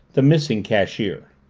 the missing cashier.